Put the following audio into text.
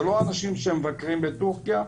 זה לא אנשים שמבקרים בטורקיה,